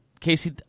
Casey